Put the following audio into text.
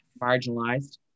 marginalized